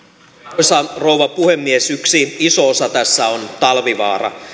arvoisa rouva puhemies yksi iso osa tässä on talvivaara